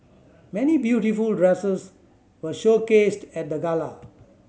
many beautiful dresses were showcased at the gala